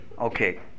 Okay